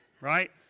right